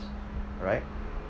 right